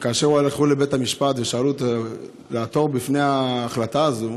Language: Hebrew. כאשר הלכו לבית המשפט לעתור בפני ההחלטה הזו,